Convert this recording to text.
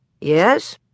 Yes